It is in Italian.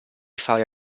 fare